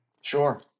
sure